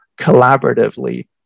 collaboratively